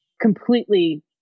completely